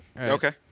Okay